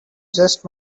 just